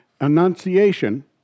annunciation